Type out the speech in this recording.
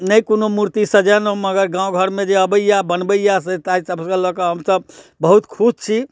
नहि कोनो मूर्ति सजेलहुँ मगर गामघरमे जे अबैए बनबैए से ताहिसबके लऽ कऽ हमसब बहुत खुश छी